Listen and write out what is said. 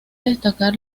destacar